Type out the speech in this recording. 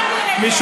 תענה לעניין.